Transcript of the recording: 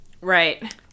right